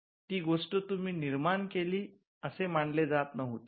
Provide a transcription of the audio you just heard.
ती गोष्ट तुम्ही निर्माण केली असे मानले जात नव्हते